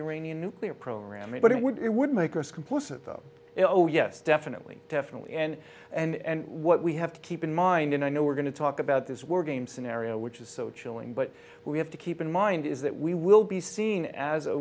iranian nuclear program it but it would it would make us complicit though it oh yes definitely definitely and and what we have to keep in mind and i know we're going to talk about this war game scenario which is so chilling but we have to keep in mind is that we will be seen as a